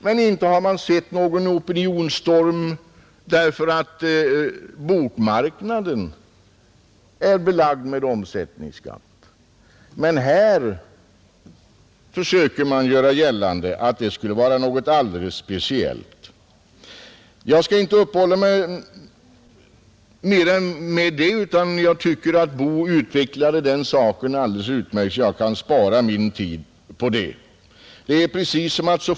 Jag har inte lagt märke till någon opinionsstorm därför att böckerna är belagda med mervärdeskatt, men när det gäller tidningarna försöker man göra gällande att det skulle vara något alldeles speciellt. Jag skall inte uppehålla mig vid det här problemet, eftersom jag anser att herr Boo utvecklade det alldeles utmärkt. Jag skall i stället spara min tid.